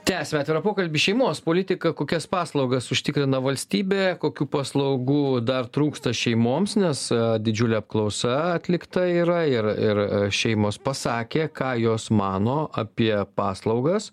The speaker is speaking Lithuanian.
tęsiame atvirą pokalbį šeimos politika kokias paslaugas užtikrina valstybė kokių paslaugų dar trūksta šeimoms nes didžiulė apklausa atlikta yra ir ir šeimos pasakė ką jos mano apie paslaugas